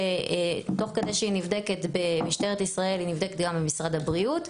שתוך כדי שהיא נבדקת במשטרת ישראל היא נבדקת גם במשרד הבריאות.